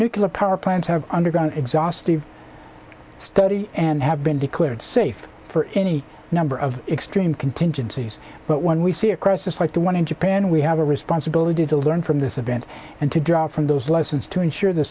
nuclear power plants are underground exhaustive study and have been declared safe for any number of extreme contingencies but when we see a crisis like the one in japan we have a responsibility to learn from this event and to draw from those lessons to ensure the